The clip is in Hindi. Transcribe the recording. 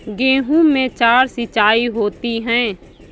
गेहूं में चार सिचाई होती हैं